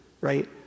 right